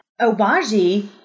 Obagi